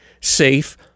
safe